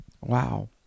Wow